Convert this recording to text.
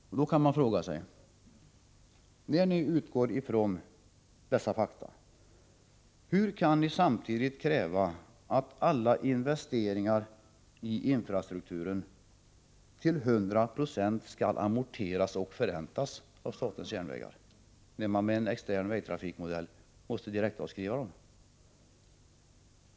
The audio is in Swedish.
Då kan man ställa ett par frågor: När ni utgår från dessa fakta, hur kan ni samtidigt kräva att alla investeringar i infrastrukturen till 100 96 skall amorteras och förräntas av statens järnvägar, när man med en extern vägtrafikmodell måste direktavskriva dem?